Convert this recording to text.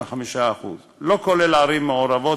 10.35%; לא כולל ערים מעורבות,